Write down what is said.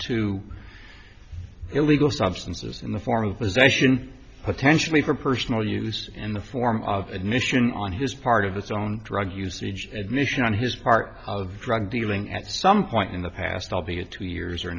to illegal substances in the form of possession potentially for personal use in the form of admission on his part of its own drug usage admission on his part of drug dealing at some point in the past albeit two years or